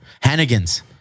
Hannigan's